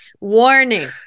warning